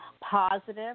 positive